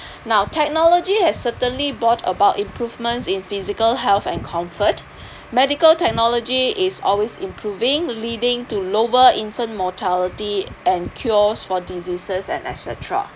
now technology has certainly brought about improvements in physical health and comfort medical technology is always improving leading to lower infant mortality and cures for diseases and et cetera